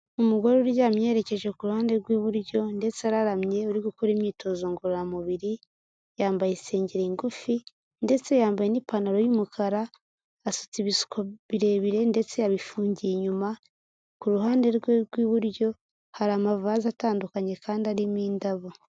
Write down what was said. Umugore uryamye yerekeje ku ruhande rw'iburyo ndetse araramye uri gukora imyitozo ngororamubiri, yambaye isengeri ngufi ndetse yambaye n'ipantaro y'umukara, asutse ibisuko birebire ndetse yabifungiye inyuma, ku ruhande rwe rw'iburyo hari amavaze atandukanye kandi arimo indabo.